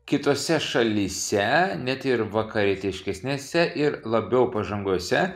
kitose šalyse net ir vakarietiškesnėse ir labiau pažanguose